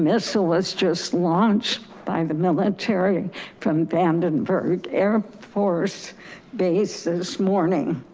missile was just launched by the military from vandenberg air force base this morning.